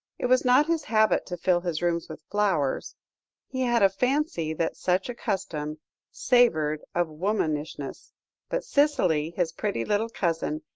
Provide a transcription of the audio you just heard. it was not his habit to fill his rooms with flowers he had a fancy that such a custom savoured of womanishness but cicely, his pretty little cousin,